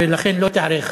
ולכן לא תיערך הצבעה.